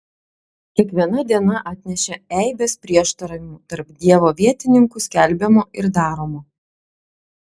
kiekviena diena atnešė eibes prieštaravimų tarp dievo vietininkų skelbiamo ir daromo